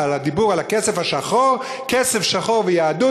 על הדיבור על הכסף השחור: כסף שחור ויהדות,